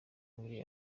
muri